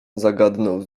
zagadnął